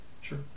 Sure